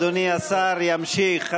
אדוני השר ימשיך.